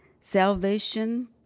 salvation